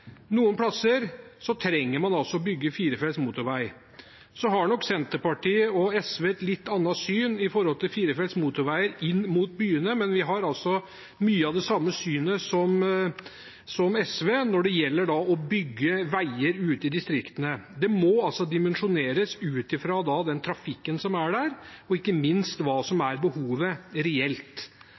Noen steder trenger man å bygge firefelts motorvei. Så har nok Senterpartiet og SV et litt annet syn på firefelts motorveier inn mot byene, men vi har mye av det samme synet som SV også når det gjelder å bygge veier ute i distriktene. Det må dimensjoneres ut fra den trafikken som er der, ikke minst hva som er behovet reelt.